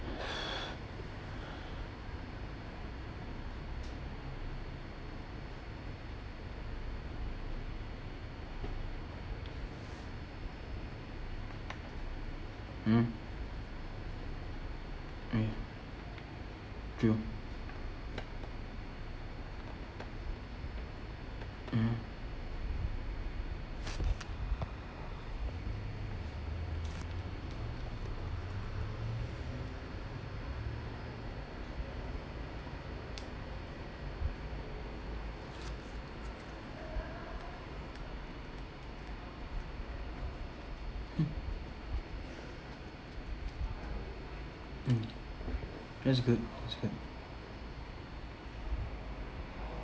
mm ya true mmhmm mm mm that's good that's good